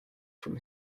from